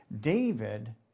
David